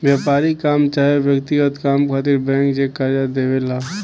व्यापारिक काम चाहे व्यक्तिगत काम खातिर बैंक जे कर्जा देवे ला